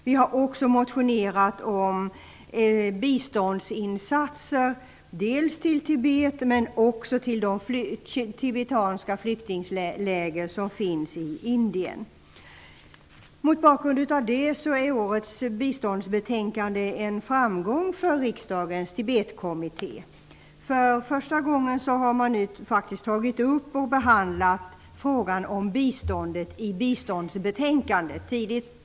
Vi har också motionerat om biståndsinsatser till Tibet men också till de tibetanska flyktingläger som finns i Indien. Mot bakgrund av detta är årets biståndsbetänkande en framgång för riksdagens Tibetkommitté. För första gången har man nu tagit upp och behandlat frågan om biståndet i biståndsbetänkandet.